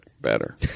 better